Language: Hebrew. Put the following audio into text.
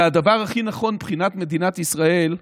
והדבר הכי נכון מבחינת מדינת ישראל,